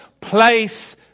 place